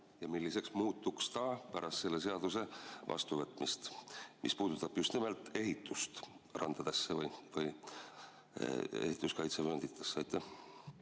ja milliseks muutuks ta pärast selle seaduse vastuvõtmist, mis puudutab just nimelt ehitust randadesse või ehituskaitsevöönditesse? Täna